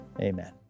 Amen